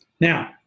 Now